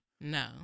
no